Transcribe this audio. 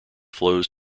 flows